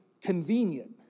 convenient